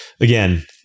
again